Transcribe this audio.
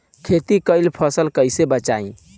खेती कईल फसल कैसे बचाई?